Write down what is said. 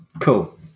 cool